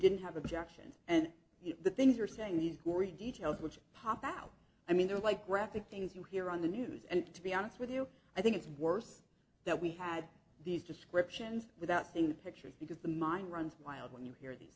didn't have objections and the things you're saying these gory details which pop out i mean they're like graphic things you hear on the news and to be honest with you i think it's worse that we had these descriptions without seeing the pictures because the mind runs wild when you hear these